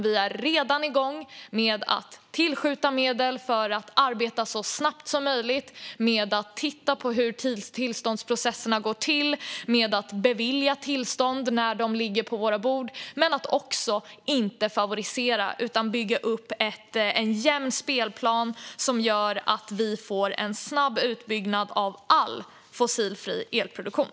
Vi är redan igång med att tillskjuta medel för att arbeta så snabbt som möjligt med att titta på hur tillståndsprocesserna går till och med att bevilja tillstånd när de ligger på våra bord. Men det handlar också om att inte favorisera utan om att bygga upp en jämn spelplan som gör att vi får en snabb utbyggnad av all fossilfri elproduktion.